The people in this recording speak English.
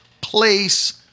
place